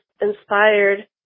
inspired